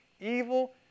evil